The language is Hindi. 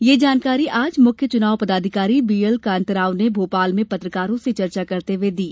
यह जानकारी आज मुख्य चुनाव पदाधिकारी बीएल कांताराव ने भोपाल में पत्रकारों से चर्चा करते हुए दी